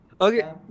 Okay